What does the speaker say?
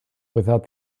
without